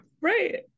Right